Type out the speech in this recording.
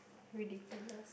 ridiculous